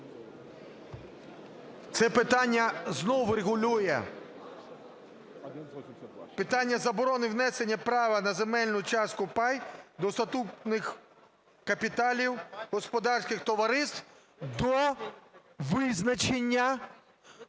Це питання знову регулює питання заборони внесення права на земельну частку (пай) до статутних капіталів господарських товариств до визначення самої